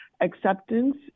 acceptance